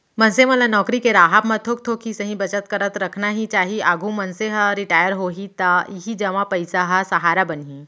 मनसे मन ल नउकरी के राहब म थोक थोक ही सही बचत करत रखना ही चाही, आघु मनसे ह रिटायर होही त इही जमा पइसा ह सहारा बनही